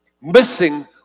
Missing